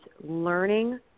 learning